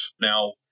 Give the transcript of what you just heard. Now